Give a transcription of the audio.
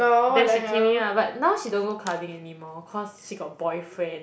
then she came in ah but now she don't go clubbing anymore cause she got boyfriend